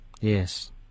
Yes